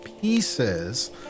pieces